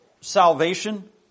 salvation